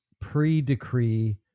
pre-decree